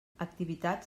activitats